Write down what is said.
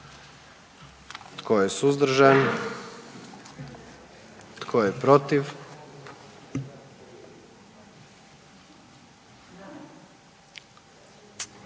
Tko je suzdržan? I tko je protiv?